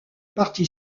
parti